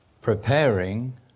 preparing